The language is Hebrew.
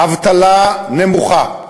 אבטלה נמוכה,